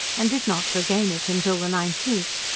and did not regain it until the nineteenth,